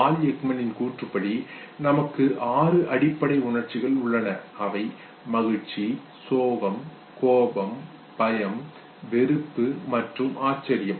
பால் எக்மானின் கூற்றுப்படி நமக்கு ஆறு அடிப்படை உணர்ச்சிகள் உள்ளன அவை மகிழ்ச்சி சோகம் கோபம் பயம் வெறுப்பு மற்றும் ஆச்சரியம்